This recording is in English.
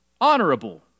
honorable